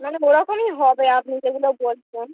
মানে ওরকমই হবে আপনি যেগুলো বলছেন